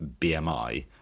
bmi